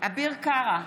אביר קארה,